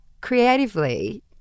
Creatively